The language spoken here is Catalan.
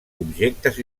objectes